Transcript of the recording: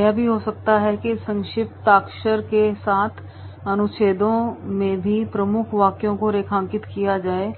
यह भी हो सकता है कि संक्षिप्ताक्षर के साथ अनुच्छेदों में भी प्रमुख वाक्यों को रेखांकित किया जाए